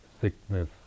sickness